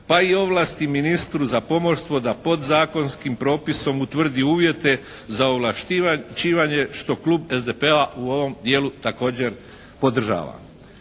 pa i ovlasti ministru za pomorstvo da podzakonskim propisom utvrdi uvjete za ovlaštivanje što Klub SDP-a u ovom dijelu također podržava.